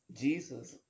Jesus